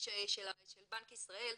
בנק ישראל.